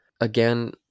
Again